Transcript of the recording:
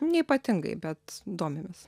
neypatingai bet domimės